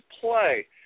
play